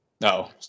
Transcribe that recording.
No